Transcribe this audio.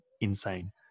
insane